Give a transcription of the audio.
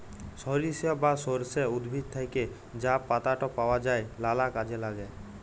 সরিষা বা সর্ষে উদ্ভিদ থ্যাকে যা পাতাট পাওয়া যায় লালা কাজে ল্যাগে